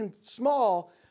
small